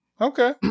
Okay